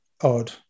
odd